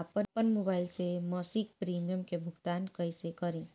आपन मोबाइल से मसिक प्रिमियम के भुगतान कइसे करि?